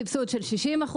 סבסוד של 60%,